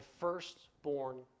firstborn